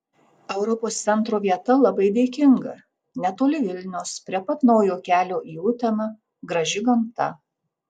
europos centro vieta labai dėkinga netoli vilniaus prie pat naujo kelio į uteną graži gamta